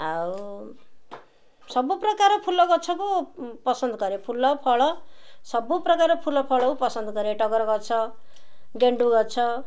ଆଉ ସବୁପ୍ରକାର ଫୁଲ ଗଛକୁ ପସନ୍ଦ କରେ ଫୁଲ ଫଳ ସବୁ ପ୍ରକାର ଫୁଲ ଫଳକୁ ପସନ୍ଦ କରେ ଟଗରଗଛ ଗେଣ୍ଡୁ ଗଛ